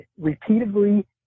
repeatedly